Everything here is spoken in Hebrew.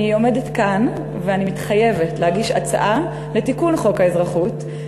אני עומדת כאן ואני מתחייבת להגיש הצעה לתיקון חוק האזרחות,